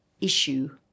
issue